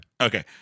Okay